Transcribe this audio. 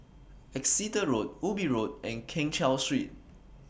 Exeter Road Ubi Road and Keng Cheow Street